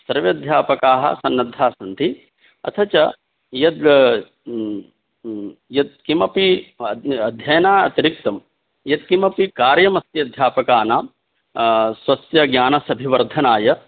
सर्वे अध्यापकाः सन्नद्धाः सन्ति अथ च यद् यत्किमपि अध्ययनातिरिक्तं यत् किमपि कार्यमस्ति अध्यापकानां स्वस्य ज्ञानस्य अभिवर्धनाय